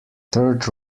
third